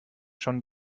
schon